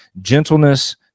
gentleness